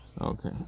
Okay